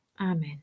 Amen